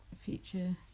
future